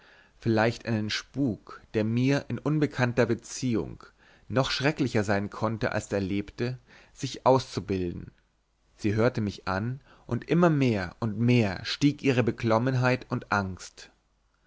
vielleicht einen spuk der in mir unbekannter beziehung noch schrecklicher sein konnte als der erlebte sich auszubilden sie hörte mich an und immer mehr und mehr stieg ihre beklommenheit und angst